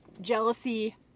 jealousy